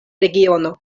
regiono